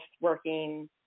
working